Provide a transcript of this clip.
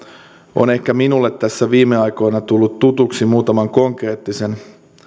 ovat ehkä minulle tässä viime aikoina tulleet tutuiksi muutaman konkreettisen